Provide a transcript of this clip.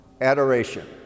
adoration